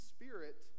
Spirit